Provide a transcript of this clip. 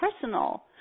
personal